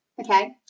Okay